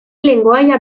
lengoaia